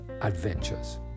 adventures